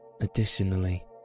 Additionally